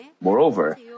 Moreover